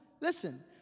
Listen